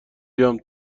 بیام